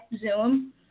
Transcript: Zoom